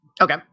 Okay